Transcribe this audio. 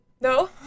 No